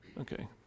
Okay